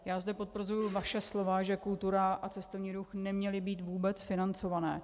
Já zde potvrzuju vaše slova, že kultura a cestovní ruch neměly být vůbec financované.